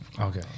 Okay